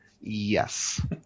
Yes